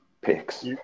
picks